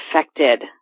affected